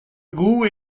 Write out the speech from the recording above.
goût